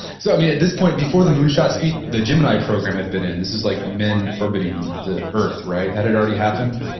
so i mean at this point, before the moonshot speech, the gemini program had been in. this is like men orbiting the the earth, right? that had already happened?